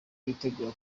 bitegura